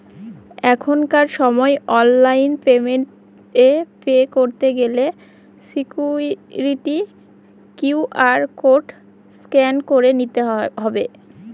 এখনকার সময় online payment এ পে করতে গেলে সিকুইরিটি কিউ.আর কোড স্ক্যান করে নিতে হবে